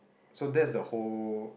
so that's the whole